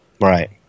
Right